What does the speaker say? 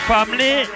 Family